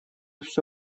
все